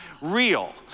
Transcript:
real